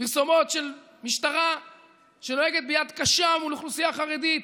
פרסומות של המשטרה שנוהגת ביד קשה מול האוכלוסייה החרדית,